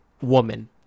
woman